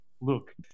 Look